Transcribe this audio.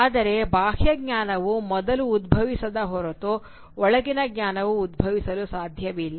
ಆದರೆ ಬಾಹ್ಯ ಜ್ಞಾನವು ಮೊದಲು ಉದ್ಭವಿಸದ ಹೊರತು ಒಳಗಿನ ಜ್ಞಾನವು ಉದ್ಭವಿಸಲು ಸಾಧ್ಯವಿಲ್ಲ